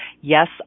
yes